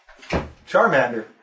Charmander